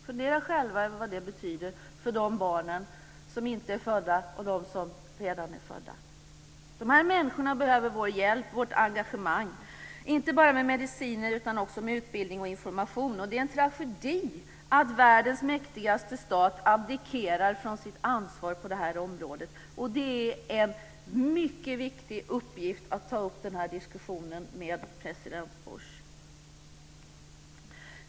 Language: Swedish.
Fundera själva över vad det betyder för de barn som inte är födda och de barn som redan är födda! De här människorna behöver vår hjälp och vårt engagemang. Det handlar inte bara om mediciner utan också om utbildning och information. Det är en tragedi att världens mäktigaste stat abdikerar från sitt ansvar på det här området. Det är en mycket viktig uppgift att ta upp den här diskussionen med president Bush.